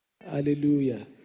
Hallelujah